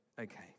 okay